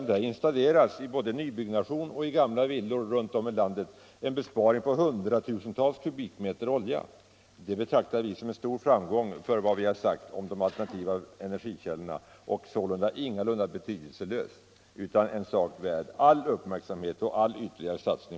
Om man installerade jorduppvärmning både i nybyggnation och i gamla villor runt om i landet skulle det innebära att man sparade hundratusentals kubikmeter olja. Det betraktar vi som en stor framgång för vad vi sagt om de alternativa energikällorna och sålunda ingalunda som betydelselöst. Detta är en sak värd all uppmärksamhet och all ytterligare satsning.